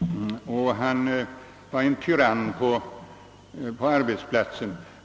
dessutom som en tyrann på arbetsplatsen.